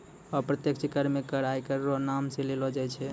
अप्रत्यक्ष कर मे कर आयकर रो नाम सं लेलो जाय छै